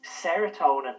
serotonin